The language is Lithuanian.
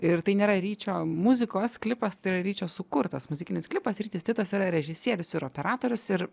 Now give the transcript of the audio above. ir tai nėra ryčio muzikos klipas tai yra ryčio sukurtas muzikinis klipas rytis titas yra režisierius ir operatorius ir